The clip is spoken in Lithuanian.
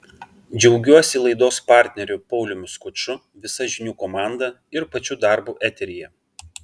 džiaugiuosi laidos partneriu pauliumi skuču visa žinių komanda ir pačiu darbu eteryje